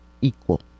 equal